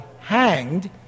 hanged